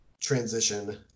transition